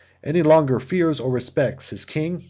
any longer fears or respects his king,